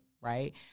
right